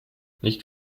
nicht